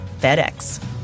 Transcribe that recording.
FedEx